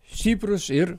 stiprūs ir